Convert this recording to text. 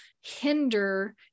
hinder